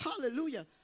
Hallelujah